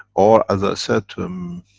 or as i said to them,